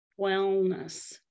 wellness